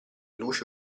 luci